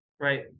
Right